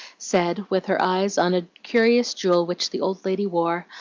said, with her eyes on a curious jewel which the old lady wore,